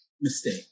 mistake